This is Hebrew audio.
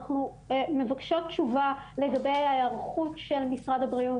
אנחנו מבקשות תשובה לגבי ההיערכות של משרד הבריאות.